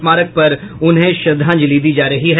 स्मारक पर उन्हें श्रद्धांजलि दी जा रही है